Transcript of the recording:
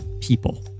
people